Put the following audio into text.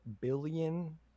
billion